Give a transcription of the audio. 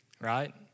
Right